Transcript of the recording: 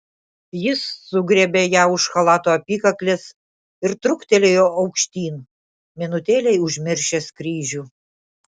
jis sugriebė ją už chalato apykaklės ir truktelėjo aukštyn minutėlei užmiršęs kryžių